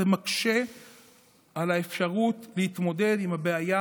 זה מקשה על האפשרות להתמודד עם הבעיה